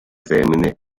femmine